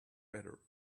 better